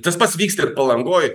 tas pats vyksta ir palangoj